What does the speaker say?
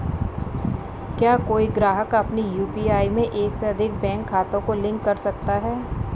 क्या कोई ग्राहक अपने यू.पी.आई में एक से अधिक बैंक खातों को लिंक कर सकता है?